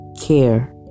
care